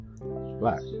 black